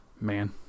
man